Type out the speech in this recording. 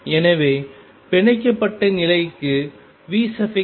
எனவே பிணைக்கப்பட்ட நிலைக்கு V0E